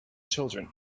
children